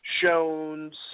shown